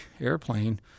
airplane